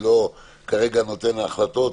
אני לא כרגע נותן החלטות,